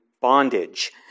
bondage